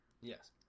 Yes